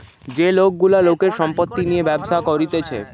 যে লোক গুলা লোকের সম্পত্তি নিয়ে ব্যবসা করতিছে